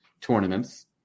tournaments